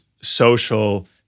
social